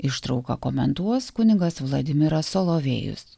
ištrauką komentuos kunigas vladimiras solovėjus